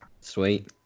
Sweet